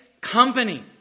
company